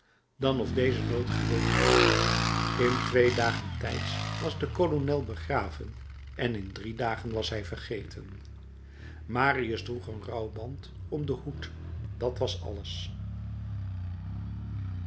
dan of deze nooit geleefd had in twee dagen tijds was de kolonel begraven en in drie dagen was hij vergeten marius droeg een rouwband om den hoed dat was alles